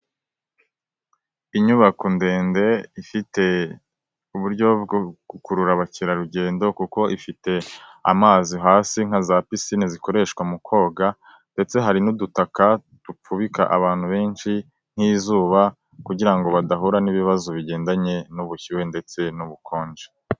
Inyubako ndende ifite uburyo bwo gukurura abakerarugendo, kuko ifite amazi hasi nka za pissine zikoreshwa mu koga, ndetse hari n'udutaka dupfubika abantu benshi nk'izuba kugira ngo badahura n'ibibazo bigendanye n'ubushyuhe ndetse n'ubukonje.